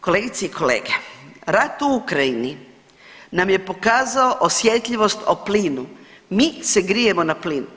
Kolegice i kolege, rat u Ukrajini nam je pokazao osjetljivost o plinu, mi se grijemo na plin.